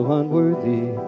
unworthy